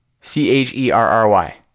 C-H-E-R-R-Y